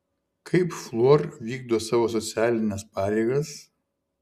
kaip fluor vykdo savo socialines pareigas